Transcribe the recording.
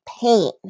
pain